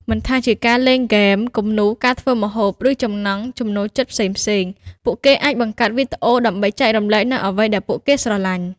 មិនថាជាការលេងហ្គេម គំនូរ ការធ្វើម្ហូប ឬចំណង់ចំណូលចិត្តផ្សេងៗ ពួកគេអាចបង្កើតវីដេអូដើម្បីចែករំលែកនូវអ្វីដែលពួកគេស្រលាញ់។